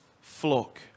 flock